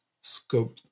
scope